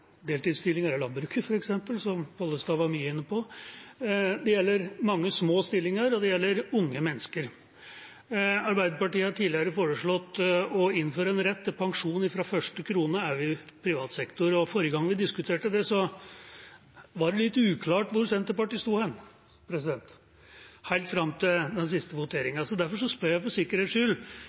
som Pollestad var mye inne på, det gjelder mange små stillinger, og det gjelder unge mennesker. Arbeiderpartiet har tidligere foreslått å innføre en rett til pensjon fra første krone også i privat sektor. Forrige gang vi diskuterte det, var det litt uklart hvor Senterpartiet sto – helt fram til den siste voteringen. Derfor spør jeg for sikkerhets skyld: